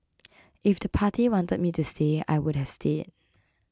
if the party wanted me to stay I would have stayed